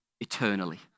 eternally